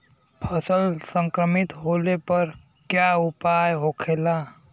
फसल संक्रमित होने पर क्या उपाय होखेला?